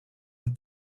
with